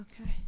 Okay